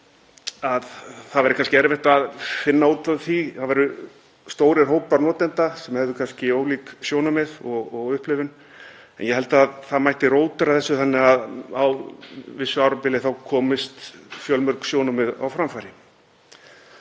það væri kannski erfitt að finna út úr því, það væru stórir hópar notenda sem hefðu kannski ólík sjónarmið og upplifun, en ég held að það mætti rótera þessu þannig að á vissu árabili kæmust fjölmörg sjónarmið á framfæri.